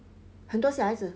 很多小孩子